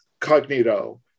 cognito